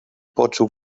poczuł